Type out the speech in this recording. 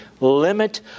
limit